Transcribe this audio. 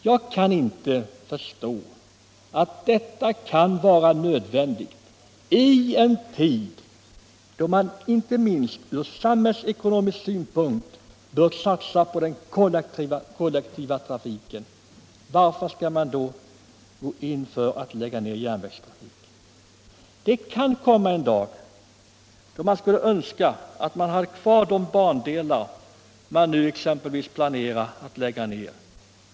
Jag kan inte förstå att detta skall vara nödvändigt i en tid då man, inte minst ur samhällsekonomisk synpunkt, bör satsa på den kollektiva trafiken. Varför skall man då gå in för att lägga ner järnvägstrafiken? Det kan komma en dag då man skulle önska att man hade kvar de bandelar man nu planerar att lägga ner.